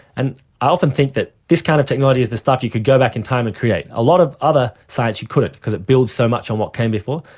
and i often think that this kind of technology is the stuff you could go back in time and create. a lot of other science you couldn't, because it builds so much on what came before.